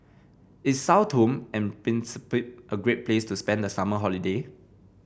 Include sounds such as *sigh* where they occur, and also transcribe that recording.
is Sao Tome and *unintelligible* a great place to spend the summer holiday